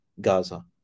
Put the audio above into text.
gaza